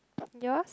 yours